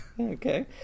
Okay